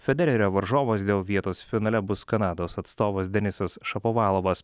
federerio varžovas dėl vietos finale bus kanados atstovas denisas šapovalovas